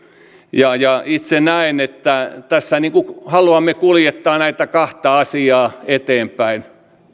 itse näen että tässä haluamme kuljettaa näitä kahta asiaa eteenpäin